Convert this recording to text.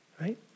Right